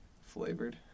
flavored